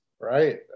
right